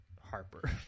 Harper